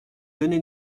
donnez